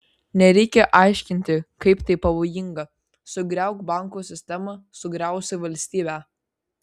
nereikia aiškinti kaip tai pavojinga sugriauk bankų sistemą sugriausi valstybę